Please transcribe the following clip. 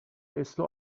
اسلو